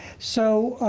so,